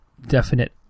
definite